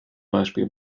beispiel